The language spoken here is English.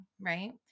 right